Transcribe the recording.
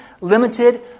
limited